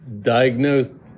diagnose